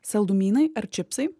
saldumynai ar čipsai